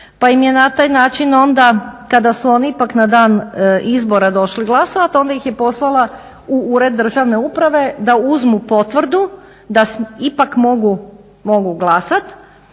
Pa im je na taj način onda kada su oni ipak na dan izbora došli glasovati onda ih je poslala u Ured državne uprave da uzmu potvrdu da ipak mogu glasat